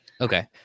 okay